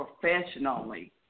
professionally